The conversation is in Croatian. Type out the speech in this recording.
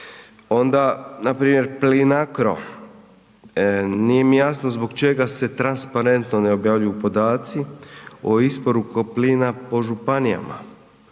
Onda npr. Plinacro, nije mi jasno zbog čega se transparentno ne objavljuju podaci o isporuci plina po županijama.